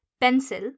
pencil